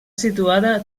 situada